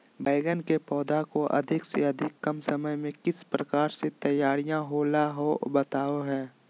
बैगन के पौधा को अधिक से अधिक कम समय में किस प्रकार से तैयारियां होला औ बताबो है?